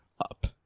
up